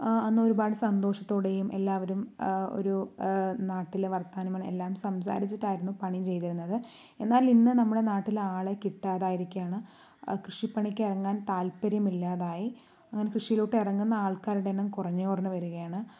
അന്ന് ഒരുപാട് സന്തോഷത്തോടെയും എല്ലാവരും ഒരു നാട്ടിലെ വർത്തമാനം എല്ലാം സംസാരിച്ചിട്ട് ആയിരുന്നു പണി ചെയ്തിരുന്നത് എന്നാൽ ഇന്ന് നമ്മുടെ നാട്ടിൽ ആളെ കിട്ടാതെ ആയിരിക്കുകയാണ് കൃഷിപ്പണിക്ക് ഇറങ്ങാൻ താൽപ്പര്യമില്ലാതായി അങ്ങനെ കൃഷിയിലോട്ട് ഇറങ്ങുന്ന ആൾക്കാരുടെ എണ്ണം കുറഞ്ഞു കുറഞ്ഞു വരികയാണ്